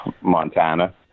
Montana